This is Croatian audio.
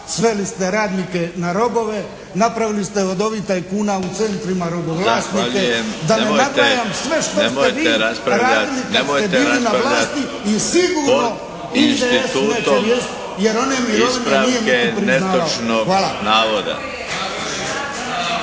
sveli ste radnike na robove, napravili se od ovih tajkuna u centrima robovlasnike, da ne nabrajam sve što ste vi radili kad ste bili na vlasti i sigurno …/Govornik se ne razumije./…